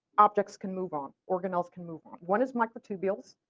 objects can move on. organelles can move on. one is microtubules,